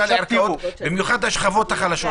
במיוחד השכבות החלשות.